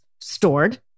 stored